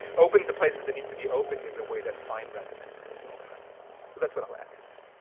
the places that need to be opened in the way that find resonance in the world around us, so that's what i'll add to that.